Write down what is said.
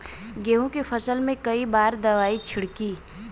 गेहूँ के फसल मे कई बार दवाई छिड़की?